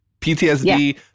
PTSD